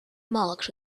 marked